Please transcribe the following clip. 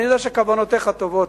אני יודע שכוונותיך טובות,